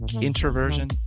introversion